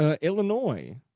Illinois